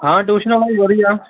ਹਾਂ ਟਿਊਸ਼ਨ ਵਾਲਾ ਵੀ ਵਧੀਆ